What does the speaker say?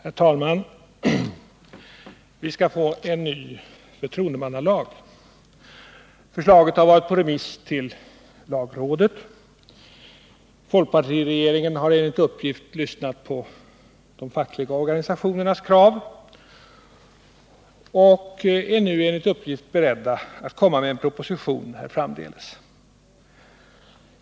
Herr talman! Vi skall få en ny förtroendemannalag. Förslaget har varit på remiss i lagrådet. Folkpartiregeringen har enligt uppgift lyssnat på de fackliga organisationernas krav och är nu beredd att komma med en proposition här framdeles.